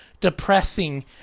depressing